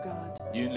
God